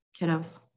kiddos